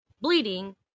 bleeding